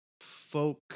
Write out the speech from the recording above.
folk